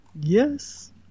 yes